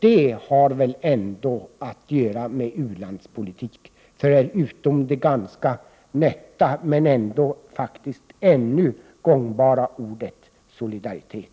Det har väl ändå att göra med u-landspolitik, liksom det ganska nötta men ändå fortfarande gångbara ordet solidaritet.